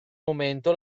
momento